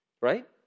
right